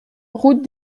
route